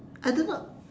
I don't know